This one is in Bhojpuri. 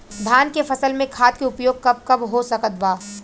धान के फसल में खाद के उपयोग कब कब हो सकत बा?